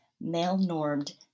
male-normed